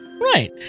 Right